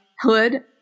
hood